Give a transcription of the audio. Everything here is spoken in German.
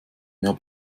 mehr